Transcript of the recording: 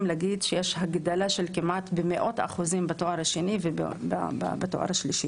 להגיד שיש הגדלה של כמעט מאות אחוזים בתואר השני ובתואר השלישי.